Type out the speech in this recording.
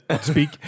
speak